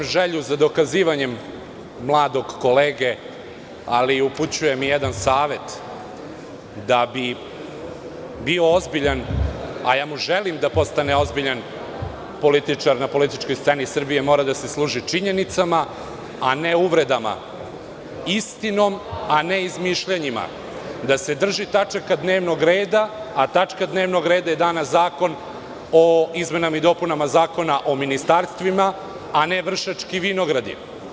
Poštujem želju za dokazivanjem mladog kolege, ali upućujem i jedan savet, da bi bio ozbiljan, a ja mu želim da postane ozbiljan, političar na političkoj sceni Srbije mora da se služi činjenicama, a ne uvredama, istinom, a ne izmišljanjima, da se drži tačaka dnevnog reda, a tačka dnevnog reda je danas zakon o izmenama i dopunama Zakona o ministarstvima, a ne „Vršački vinogradi“